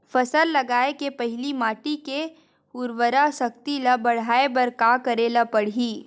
फसल लगाय के पहिली माटी के उरवरा शक्ति ल बढ़ाय बर का करेला पढ़ही?